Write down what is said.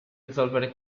risolvere